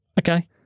Okay